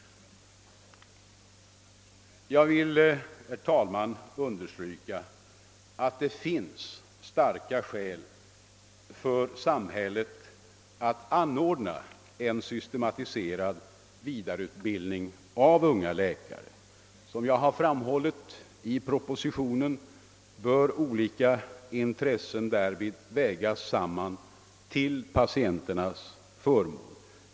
Jag vill, herr talman, understryka att det finns starka skäl för samhället att anordna en systematiserad vidareutbildning av unga läkare. Som jag har framhållit i propositionen bör olika intressen sammanvägas till patienternas förmån.